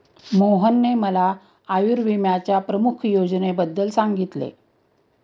मोहनने मला आयुर्विम्याच्या प्रमुख योजनेबद्दल सांगितले